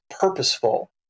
purposeful